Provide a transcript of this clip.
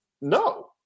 No